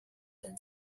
and